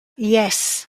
yes